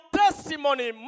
testimony